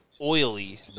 oily